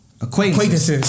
Acquaintances